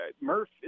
Murph